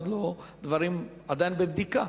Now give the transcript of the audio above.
דברים עדיין בבדיקה,